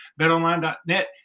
BetOnline.net